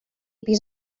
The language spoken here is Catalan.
pis